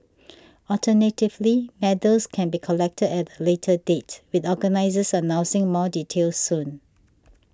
alternatively medals can be collected at a later date with organisers announcing more details soon